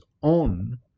on